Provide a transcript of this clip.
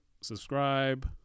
subscribe